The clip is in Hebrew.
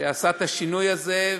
שעשה את השינוי הזה,